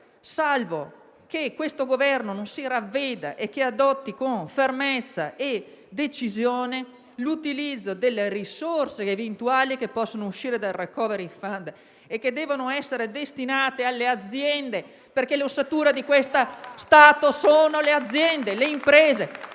salvo che questo Governo non si ravveda e con fermezza decida l'utilizzo delle risorse eventuali che possono uscire dal *recovery fund* e che devono essere destinate alle aziende, perché l'ossatura di questo Stato sono le aziende, le imprese.